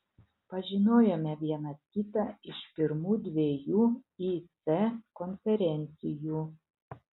pažinojome vienas kitą iš pirmų dviejų ic konferencijų